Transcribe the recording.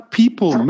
people